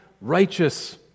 righteous